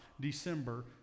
December